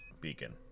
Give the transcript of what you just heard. beacon